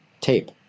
tape